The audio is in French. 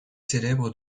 célèbre